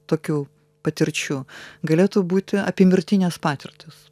tokių patirčių galėtų būti apymirtinės patirtys